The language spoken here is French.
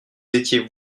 étiez